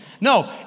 No